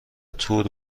تور